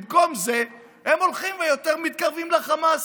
במקום זה הם הולכים ויותר מתקרבים לחמאס.